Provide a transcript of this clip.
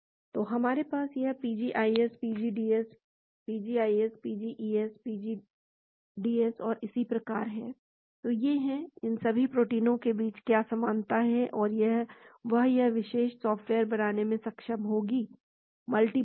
तो हमारे पास यह PGIS PGDS PGIS PGES PGDS और इसी प्रकार है तो ये हैं इन सभी प्रोटीनों के बीच क्या समानता है वह यह विशेष सॉफ़्टवेयर बताने में सक्षम होगा मल्टी बाइंड